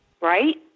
right